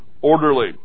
orderly